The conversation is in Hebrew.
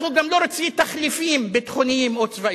אנחנו גם לא רוצים תחליפים ביטחוניים או צבאיים.